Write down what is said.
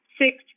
six